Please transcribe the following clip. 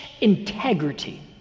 integrity